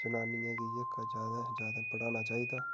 जनानियें गी इ'यै जेह्का ज्यादा शा ज्यादा पढ़ाना चाहिदा